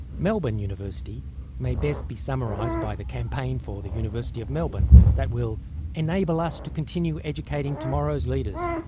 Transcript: melbourne university may best be summarized by the campaign for the university of melbourne that will enable us to continue educating tomorrow's leaders,